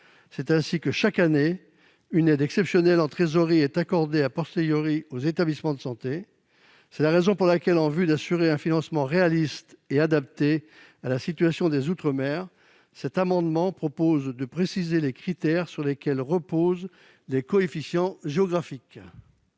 Ainsi, chaque année, une aide exceptionnelle en trésorerie est accordée aux établissements de santé. C'est la raison pour laquelle, en vue d'assurer un financement réaliste et adapté à la situation des outre-mer, cet amendement tend à préciser les critères sur lesquels reposent les coefficients géographiques.